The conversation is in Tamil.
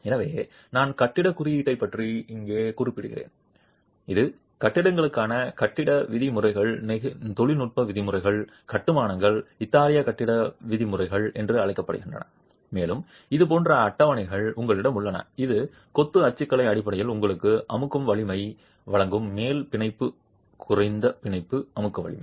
எனவே நான் கட்டிடக் குறியீட்டைப் பற்றி இங்கே குறிப்பிடுகிறேன் இது கட்டிடங்களுக்கான கட்டிட விதிமுறைகள் தொழில்நுட்ப விதிமுறைகள் கட்டுமானங்கள் இத்தாலிய கட்டிட விதிமுறைகள் என்று அழைக்கப்படுகிறது மேலும் இது போன்ற அட்டவணைகள் உங்களிடம் உள்ளன இது கொத்து அச்சுக்கலை அடிப்படையில் உங்களுக்கு அமுக்க வலிமையை வழங்கும் மேல் பிணைப்பு குறைந்த பிணைப்பு அமுக்க வலிமை